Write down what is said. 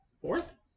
fourth